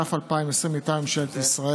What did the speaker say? התש"ף 2020, מטעם ממשלת ישראל.